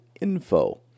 Info